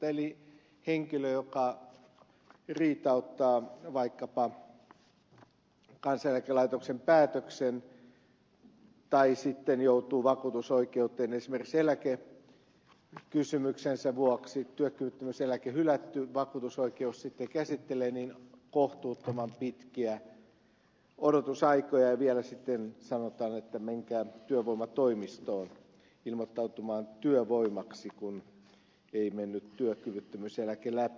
eli jos henkilö riitauttaa vaikkapa kansaneläkelaitoksen päätöksen tai sitten joutuu vakuutusoikeuteen esimerkiksi eläkekysymyksensä vuoksi työkyvyttömyyseläke on hylätty ja vakuutusoikeus sitten käsittelee niin on kohtuuttoman pitkiä odotusaikoja ja vielä sitten sanotaan että menkää työvoimatoimistoon ilmoittautumaan työvoimaksi kun ei mennyt työkyvyttömyyseläke läpi